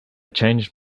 changed